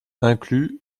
inclut